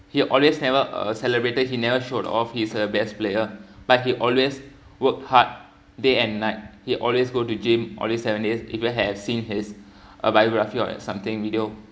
he always never uh celebrated he never showed off his uh best player but he always worked hard day and night he always go to gym all the seven days if you had seen his uh biography or something video